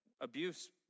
abuse